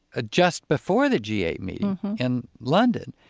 ah just before the g eight meeting in london.